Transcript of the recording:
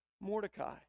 Mordecai